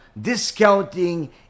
discounting